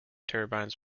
turbines